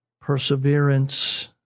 perseverance